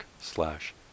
slash